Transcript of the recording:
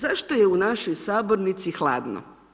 Zašto je u našoj sabornici hladno?